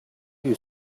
you